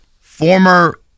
Former